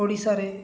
ଓଡ଼ିଶାରେ